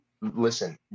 listen